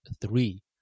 three